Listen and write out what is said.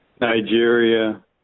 Nigeria